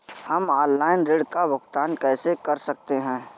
हम ऑनलाइन ऋण का भुगतान कैसे कर सकते हैं?